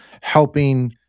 helping